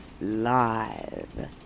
live